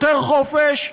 יותר חופש,